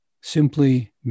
simply